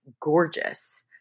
gorgeous